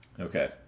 okay